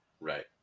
right